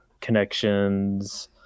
connections